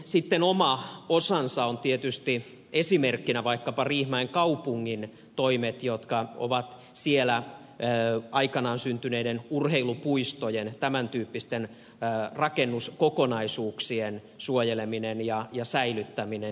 sitten oma osansa ovat tietysti esimerkiksi vaikkapa riihimäen kaupungin toimet joita ovat siellä aikanaan syntyneiden urheilupuistojen ja tämän tyyppisten rakennuskokonaisuuksien suojeleminen ja säilyttäminen